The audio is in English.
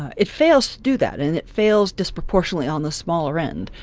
it fails to do that, and it fails disproportionately on the smaller end.